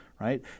right